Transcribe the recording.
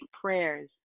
prayers